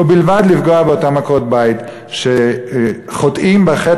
ובלבד לפגוע באותן עקרות-בית שחוטאות בחטא